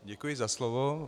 Děkuji za slovo.